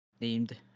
named